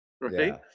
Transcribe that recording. right